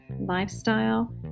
lifestyle